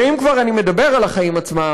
ואם כבר אני מדבר על החיים עצמם,